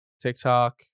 TikTok